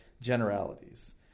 generalities